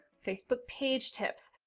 facebook page tips.